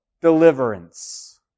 Deliverance